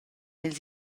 ils